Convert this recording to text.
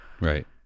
Right